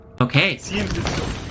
Okay